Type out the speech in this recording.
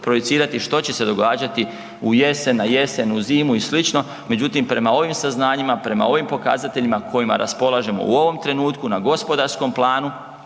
projicirati što će se događati u jesen, na jesen, u zimu i slično, međutim prema ovim saznanjima, prema ovim pokazateljima s kojima raspolažemo u ovom trenutku na gospodarskom planu.